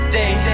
day